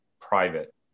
private